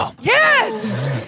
Yes